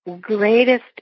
greatest